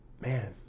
Man